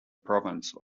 province